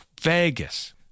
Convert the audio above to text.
Vegas